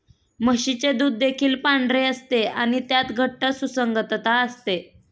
म्हशीचे दूध देखील पांढरे असते आणि त्यात घट्ट सुसंगतता असते